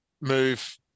move